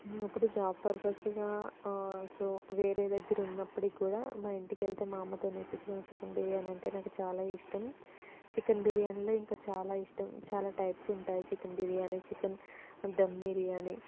ఇప్పుడు జాబ్ పర్పస్గా సో వేరే దగ్గర ఉన్నప్పటికి కూడా మా ఇంటికి వెళితే మా అమ్మతో వేయించుకునే చికెన్ బిర్యానీ అంటే నాకు చాలా ఇష్టం చికెన్ బిర్యానీలో ఇంకా చాలా ఇష్టం చాలా టైప్స్ ఉంటాయి చికెన్ బిర్యానీ చికెన్ ధం బిర్యానీ